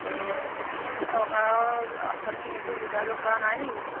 অঁ তুমি চৰকাৰৰ আঁচনি একো যোগাযোগ কৰা নাই নেকি